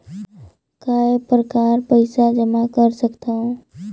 काय प्रकार पईसा जमा कर सकथव?